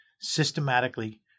systematically